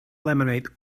lemonade